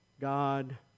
God